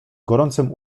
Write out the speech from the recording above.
gorącym